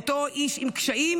באותו איש עם קשיים,